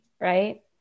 Right